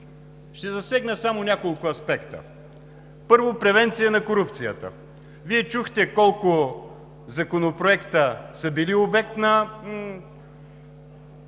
Ще засегна само няколко аспекта. Първо – превенция на корупцията. Вие чухте колко законопроекта са били обект на